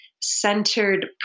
centered